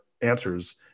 answers